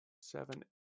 Seven